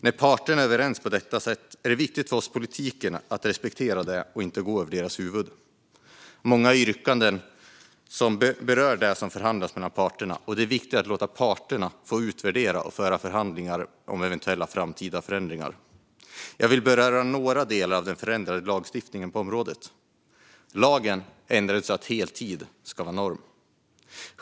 När parterna är överens på detta sätt är det viktigt för oss i politiken att respektera det och inte gå över deras huvuden. Många yrkanden berör det som förhandlats mellan parterna, och det är viktigt att låta parterna få utvärdera och föra förhandlingar om eventuella framtida förändringar. Jag vill beröra några delar av den förändrade lagstiftningen på området. Lagen ändrades så att heltid ska vara norm.